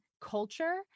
culture